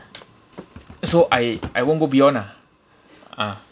so I I won't go beyond ah ah